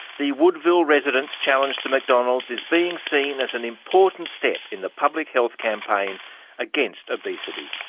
the woodville residents' challenge to mcdonald's is being seen as an important step in the public health campaign against obesity.